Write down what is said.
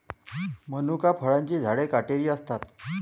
मनुका फळांची झाडे काटेरी असतात